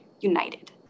united